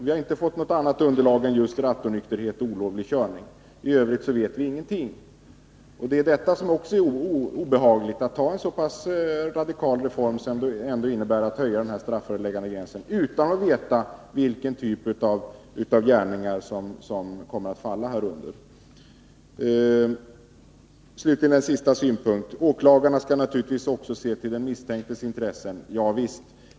Vi har inte fått något annat underlag än just rattonykterhet och olovlig körning. I Övrigt vet vi ingenting. Det är också detta som är obehagligt — att genomföra en så pass radikal reform som det ändå innebär att höja strafföreläggande gränsen utan att veta vilken typ av gärningar som kommer att falla inom Nr 49 ramen. Tisdagen den Slutligen en sista synpunkt. Åklagarna skall naturligtvis också se till den 14 december 1982 misstänktes intressen. Javisst.